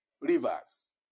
rivers